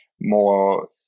more